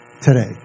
today